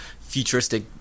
futuristic